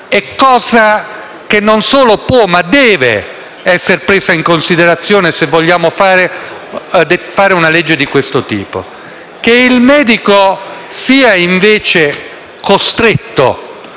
è cosa che non solo può, ma deve essere presa in considerazione se vogliamo fare una legge di questo tipo. Il fatto che il medico sia invece costretto